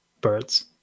birds